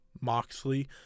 Moxley